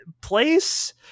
place